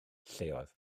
lleoedd